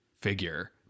figure